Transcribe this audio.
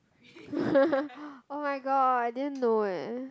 oh-my-god I didn't know eh